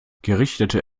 gerichtete